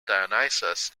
dionysus